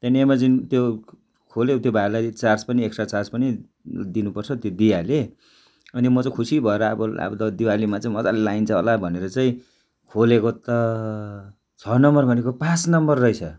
त्यहाँदेखि एमाजोन त्यो खोल्यो त्यो भाइलाई चार्ज पनि एक्सट्रा चार्ज पनि दिनु पर्छ त्यो दिइहाले अनि म चाहिँ खुसी भएर अब अब त दिवालीमा चाहिँ मजाले लगाइन्छ होला भनेर चाहिँ खोलेको त छ नम्बर भनेको पाँच नम्बर रहेछ